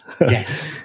Yes